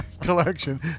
collection